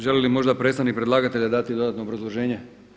Želi li možda predstavnik predlagatelja dati dodatno obrazloženje?